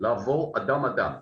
לעבור אדם אדם.